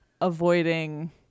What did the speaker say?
avoiding